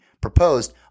proposed